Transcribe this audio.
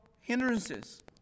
hindrances